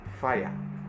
fire